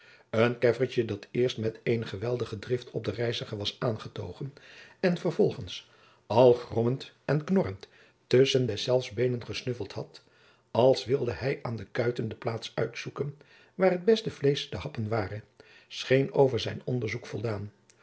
een keffertje dat eerst met eene geweldige drift op den reiziger was aangetogen en vervolgens al grommend en knorrend tusschen deszelfs beenen gesnuffeld had als wilde hij aan de kuiten de plaats uitzoeken waar het beste vleesch te happen ware scheen over zijn onderzoek voldaan